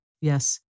Yes